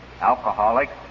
alcoholics